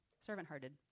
servant-hearted